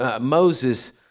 Moses